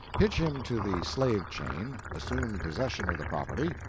hitch him to the slave-chain, assume possession of the property,